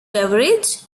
beverage